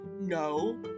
No